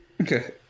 okay